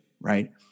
right